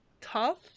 tough